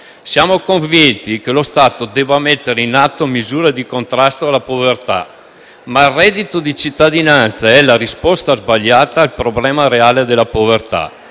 Siamo convinti che lo Stato debba mettere in atto misure di contrasto alla povertà, ma il reddito di cittadinanza è la risposta sbagliata al problema reale della povertà.